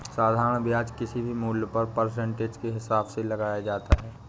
साधारण ब्याज किसी भी मूल्य पर परसेंटेज के हिसाब से लगाया जाता है